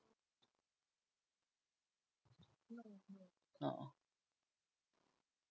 no oh